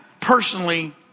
personally